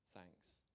Thanks